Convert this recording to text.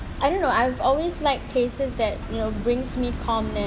I don't know I've always like places that you know brings me calmness